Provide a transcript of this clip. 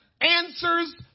answers